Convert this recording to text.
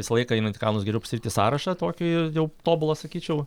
visą laiką einant į kalnus geriau pasidaryti sąrašą tokį jau tobulą sakyčiau